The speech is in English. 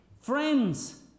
Friends